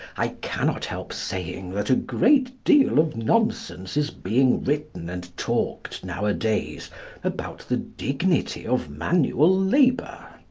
i cannot help saying that a great deal of nonsense is being written and talked nowadays about the dignity of manual labour.